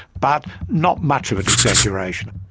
but not much of an exaggeration.